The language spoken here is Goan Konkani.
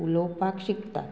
उलोवपाक शिकता